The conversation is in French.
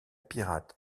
pirate